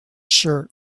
shirt